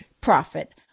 profit